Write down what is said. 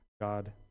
God